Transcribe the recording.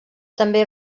també